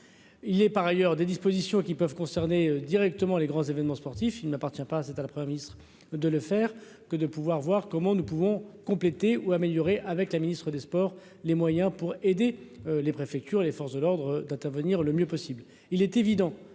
il est par ailleurs des dispositions qui peuvent concerner directement les grands événements sportifs, il ne m'appartient pas, c'est à la Premier ministre de le faire que de pouvoir voir comment nous pouvons compléter ou améliorer avec la ministre des Sports, les moyens pour aider les préfectures et les forces de l'ordre d'intervenir le mieux possible,